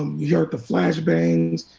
um we heard the flash bangs.